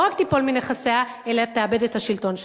רק תיפול מנכסיה אלא תאבד את השלטון שלה.